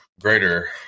greater